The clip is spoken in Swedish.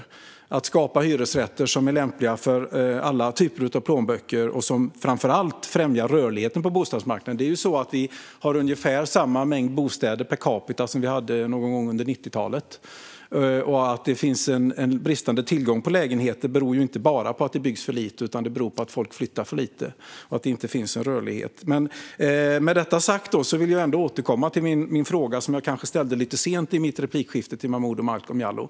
Det skulle kunna skapa hyresrätter som är lämpliga för alla typer av plånböcker, och det skulle framför allt främja rörligheten på bostadsmarknaden. Vi har ju ungefär samma mängd bostäder per capita som vi hade någon gång under 90-talet, och den bristande tillgången på lägenheter beror inte bara på att det byggs för lite utan på att folk flyttar för lite och att det inte finns någon rörlighet. Med detta sagt vill jag återkomma till min fråga, som jag kanske ställde lite sent i min replik till Momodou Malcolm Jallow.